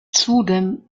zudem